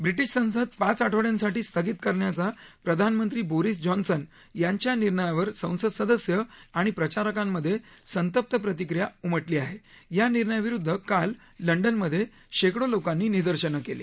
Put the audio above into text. British संसद पाच आठवड्यांसाठी स्थगित करण्याच्या प्रधानमंत्री बोरीस जॉन्सन यांच्या निर्णयावर संसद सदस्य आणि प्रचारकांमध्ये संतप्त प्रतिक्रिया उमटली आहे या निर्णयाविरुद्ध काल लंडनमध्ये शेकडो लोकांनी निदर्शनं केली